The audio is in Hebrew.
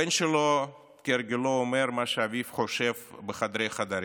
הבן שלו, כהרגלו, אומר מה שאביו חושב בחדרי-חדרים.